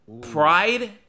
Pride